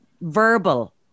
verbal